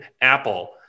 Apple